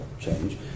change